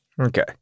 Okay